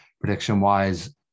Prediction-wise